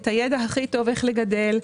את הידע הכי טוב איך לגדל,